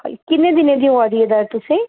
किन्ने दिनें दी होआ दी ऐ दर्द तुसेंगी